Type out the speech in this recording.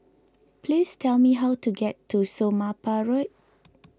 please tell me how to get to Somapah Road